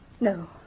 No